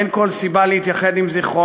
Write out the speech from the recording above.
אין כל סיבה להתייחד עם זכרו,